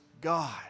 God